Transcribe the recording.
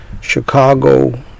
Chicago